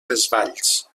desvalls